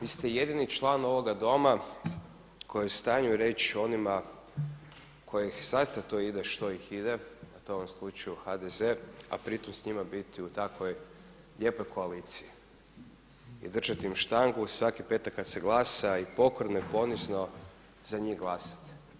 Vi ste jedini član ovoga doma koji je u stanju reći onima kojih … ide što ih ide, a to je u ovom slučaju HDZ-e, a pritom s njima biti u takvoj lijepoj koaliciji i držati im štangu svaki petak kada se glasa i pokorno i ponizno za njih glasati.